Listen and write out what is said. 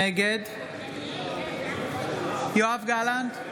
נגד יואב גלנט,